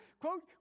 Quote